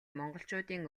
монголчуудын